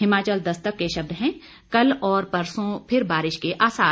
हिमाचल दस्तक के शब्द हैं कल और परसो फिर बारिश के आसार